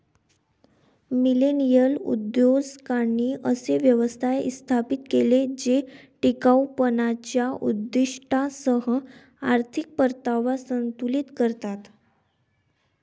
millennial उद्योजकांनी असे व्यवसाय स्थापित केले जे टिकाऊपणाच्या उद्दीष्टांसह आर्थिक परतावा संतुलित करतात